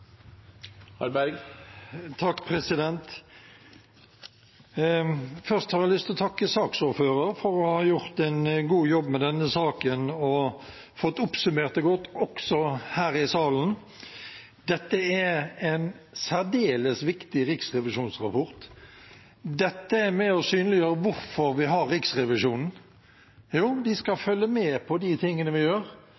Først har jeg lyst til å takke saksordføreren for å ha gjort en god jobb med denne saken og oppsummert den godt også her i salen. Dette er en særdeles viktig riksrevisjonsrapport. Dette er med og synliggjør hvorfor vi har Riksrevisjonen. Jo, de skal